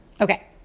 Okay